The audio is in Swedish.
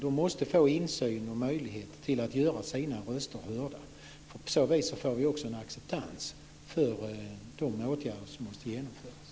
De måste få insyn och möjlighet att göra sina röster hörda. På så vis får vi också en acceptans för de åtgärder som måste genomföras.